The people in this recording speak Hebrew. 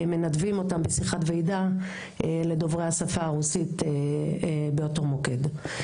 מנותבות בשיחת ועידה לדוברי השפה הרוסית באותו מוקד.